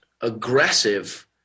aggressive